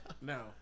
No